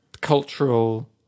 cultural